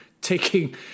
taking